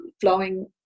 flowing